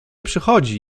przechodzi